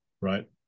right